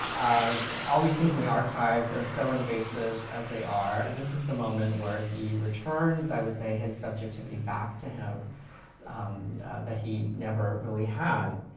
um all these things in the archives are so invasive as they are. this is the moment where he returns, i would say, his subjectivity back to him that he never really had.